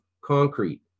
concrete